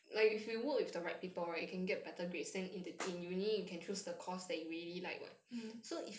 mm